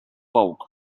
bulk